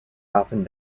often